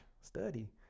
study